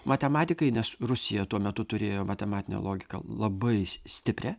matematikai nes rusija tuo metu turėjo matematinę logika labai stiprią